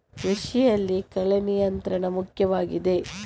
ಕೃಷಿಯಲ್ಲಿ ಕಳೆ ನಿಯಂತ್ರಣ ಮುಖ್ಯವಾಗಿದೆ